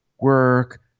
work